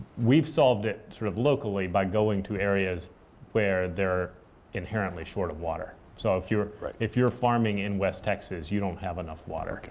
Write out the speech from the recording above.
we've solved it sort of locally by going to areas where they're inherently short of water. so if you're if you're farming in west texas, you don't have enough water.